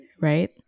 right